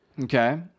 Okay